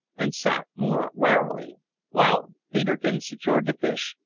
and sat more warily while peterkin secured the fish,